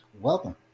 welcome